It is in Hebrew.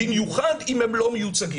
במיוחד אם הם לא מיוצגים.